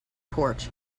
porch